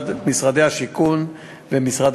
אצל מפעילי זיקוקין מורשים,